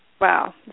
Wow